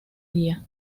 día